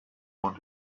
und